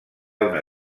una